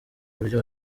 buryo